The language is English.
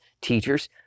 teachers